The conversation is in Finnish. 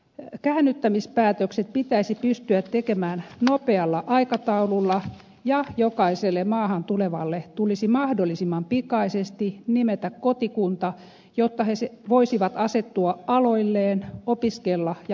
käännyttämispäätökset pitäisi pystyä tekemään nopealla aikataululla ja jokaiselle maahan tulevalle tulisi mahdollisimman pikaisesti nimetä kotikunta jotta he voisivat asettua aloilleen opiskella ja hakea työtä